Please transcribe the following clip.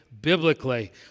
biblically